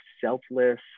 selfless